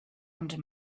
under